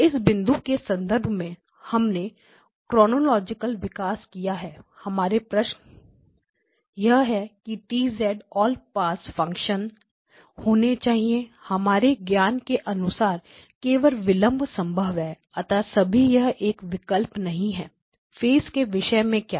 इस बिंदु के संदर्भ में हमने क्रोनोलॉजिकल विकास किया है हमारा प्रश्न यह है कि T ऑल पास फंक्शन होना चाहिए हमारे ज्ञान के अनुसार केवल विलंब संभव है अतः अभी यह एक विकल्प नहीं है फेस के विषय में क्या